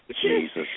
Jesus